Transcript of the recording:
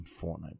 Fortnite